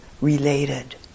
related